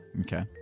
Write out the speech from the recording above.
Okay